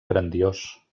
grandiós